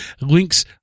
links